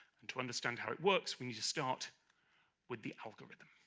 and to understand how it works, we need to start with the algorithm.